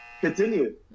continue